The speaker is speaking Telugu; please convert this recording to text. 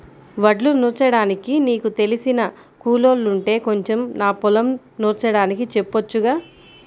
వడ్లు నూర్చడానికి నీకు తెలిసిన కూలోల్లుంటే కొంచెం నా పొలం నూర్చడానికి చెప్పొచ్చుగా